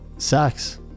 sucks